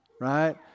right